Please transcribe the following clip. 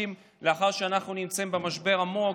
עשרה חודשים לאחר שאנחנו נמצאים במשבר עמוק.